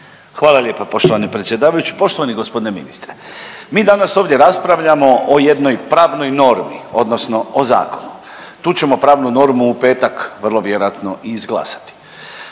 Hvala lijepa poštovani predsjedavajući. Poštovani gospodine ministre, mi danas ovdje raspravljamo o jednoj pravnoj normi, odnosno o zakonu. Tu ćemo pravnu normu u petak vrlo vjerojatno i izglasati.